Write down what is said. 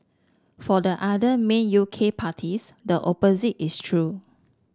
for the other main U K parties the opposite is true